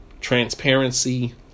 transparency